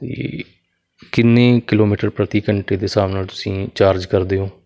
ਅਤੇ ਕਿੰਨੇ ਕਿਲੋਮੀਟਰ ਪ੍ਰਤੀ ਘੰਟੇ ਦੇ ਹਿਸਾਬ ਨਾਲ ਤੁਸੀਂ ਚਾਰਜ ਕਰਦੇ ਓ